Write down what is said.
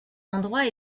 endroits